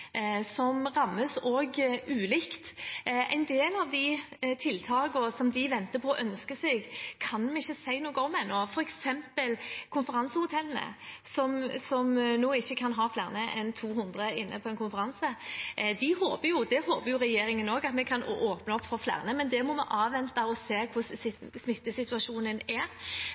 del av de tiltakene som de venter på og ønsker seg, kan vi ikke si noe om ennå. Det gjelder f.eks. konferansehotellene, som nå ikke kan ha flere enn 200 inne på konferanse. De håper, og det håper regjeringen også, at vi kan åpne opp for flere, men det må vi avvente og se hvordan smittesituasjonen er.